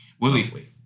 Willie